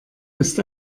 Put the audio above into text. ist